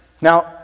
Now